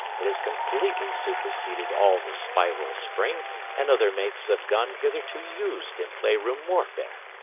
it has completely superseded all the spiral-spring and other makes of gun hitherto used in playroom warfare.